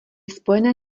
spojené